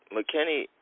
McKinney